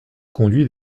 conduit